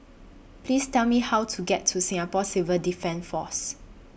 Please Tell Me How to get to Singapore Civil Defence Force